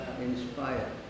inspired